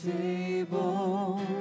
table